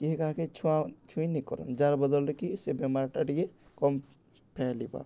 କିଏ କାହାକେ ଛୁଆଁ ଛୁଇଁ ନିକରନ୍ ଯାର୍ ବଦଲ୍ରେ କି ସେ ବେମାର୍ଟା ଟିକେ କମ୍ ଫେଲିବା